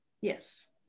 Yes